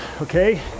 okay